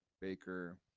baker